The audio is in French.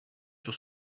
sur